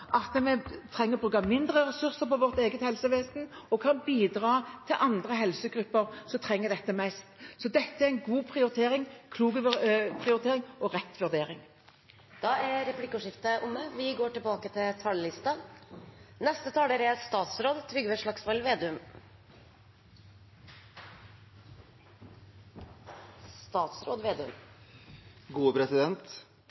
at vi trenger å bruke mindre ressurser på vårt eget helsevesen og kan bidra til andre helsegrupper som trenger dette mest. Dette er en god og klok prioritering og en rett vurdering. Replikkordskiftet er omme. Det er alltid noe spesielt og høytidelig med den første debatten i en ny stortingsperiode, og det er